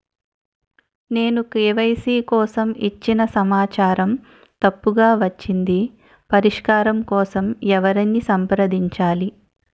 నేను కే.వై.సీ కోసం ఇచ్చిన సమాచారం తప్పుగా వచ్చింది పరిష్కారం కోసం ఎవరిని సంప్రదించాలి?